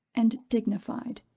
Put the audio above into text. and dignified.